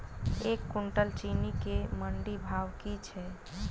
एक कुनटल चीनी केँ मंडी भाउ की छै?